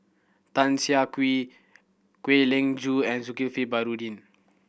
Tan Siah Kwee Kwek Leng Joo and Zulkifli Baharudin